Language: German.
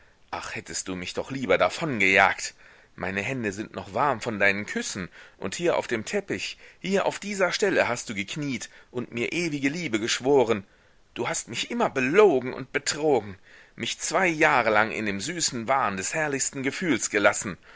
ach hättest du mich doch lieber davongejagt meine hände sind noch warm von deinen küssen und hier auf dem teppich hier auf dieser stelle hast du gekniet und mir ewige liebe geschworen du hast mich immer belogen und betrogen mich zwei jahre lang in dem süßen wahn des herrlichsten gefühls gelassen